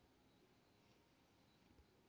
बीया रोपै केरो काम हाथ सें भी होय रहलो छै